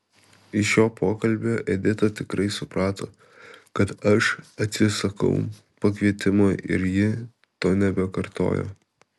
iš šio pokalbio edita tikrai suprato kad aš atsisakau pakvietimo ir ji to nebekartojo